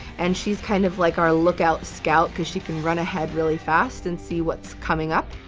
and she's kind of like our lookout scout, cause she can run ahead really fast and see what's coming up.